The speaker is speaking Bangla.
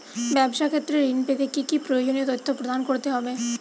ব্যাবসা ক্ষেত্রে ঋণ পেতে কি কি প্রয়োজনীয় তথ্য প্রদান করতে হবে?